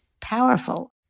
powerful